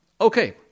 okay